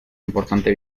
importante